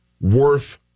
worth